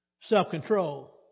self-control